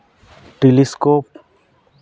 telescope